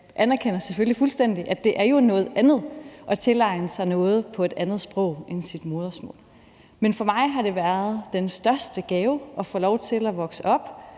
jeg anerkender selvfølgelig fuldstændig, at det jo er noget andet at tilegne sig noget på et andet sprog end sit modersmål, men for mig har det været den største gave at få lov til at vokse op